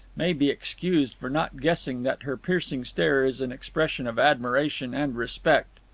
may be excused for not guessing that her piercing stare is an expression of admiration and respect.